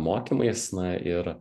mokymais na ir